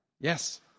Yes